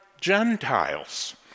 Gentiles